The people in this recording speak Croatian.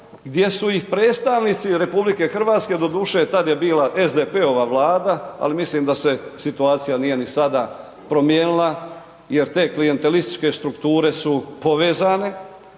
gdje su ih predstavnici RH, doduše tad je bila SDP-ova vlada, ali mislim da se situacija nije ni sada promijenila jer te klijentelističke strukture su povezane.